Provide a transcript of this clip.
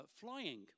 flying